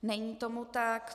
Není tomu tak.